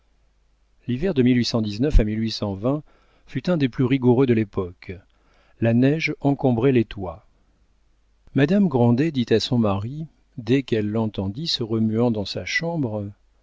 l'hiver de à fut un des plus rigoureux de l'époque la neige encombrait les toits madame grandet dit à son mari dès qu'elle l'entendit se remuant dans sa chambre